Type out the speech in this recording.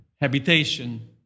habitation